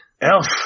Elf